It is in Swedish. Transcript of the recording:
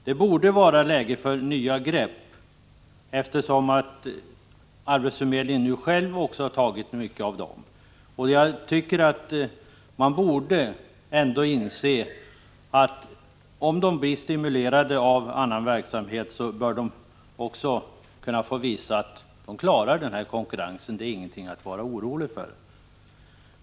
Det borde nu vara läge för nya grepp, eftersom arbetsförmedlingen själv har tagit många sådana. Jag tycker att man borde inse att de blir stimulerade av verksamheten, och då borde de också kunna få visa att de klarar konkurrensen — det är ingenting att vara orolig för.